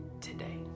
today